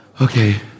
okay